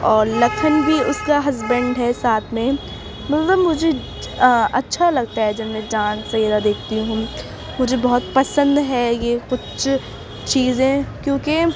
اور لکھن بھی اس کا ہسبینڈ ہے ساتھ میں مطلب مجھے اچھا لگتا ہے جب میں ڈانس وغیرہ دیکھتی ہوں مجھے بہت پسند ہے یہ کچھ چیزیں کیونکہ